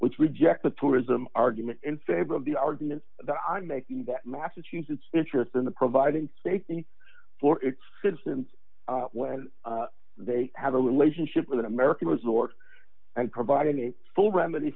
which reject the tourism argument in favor of the argument that i'm making that massachusetts interest in the providing safety for its citizens when they have a relationship with an american resort and providing a full remedy